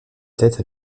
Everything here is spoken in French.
tête